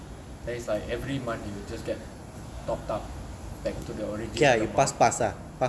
then it's like every month you just get topped up back to the original amount